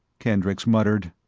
kendricks muttered,